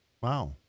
Wow